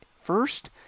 first